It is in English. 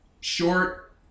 short